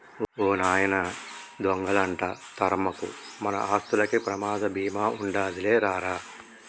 ఓ నాయనా దొంగలంట తరమకు, మన ఆస్తులకి ప్రమాద బీమా ఉండాదిలే రా రా